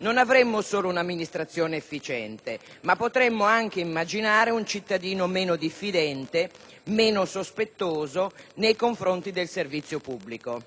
non avremmo solo una amministrazione efficiente, ma potremmo anche immaginare un cittadino meno diffidente e meno sospettoso nei confronti del servizio pubblico.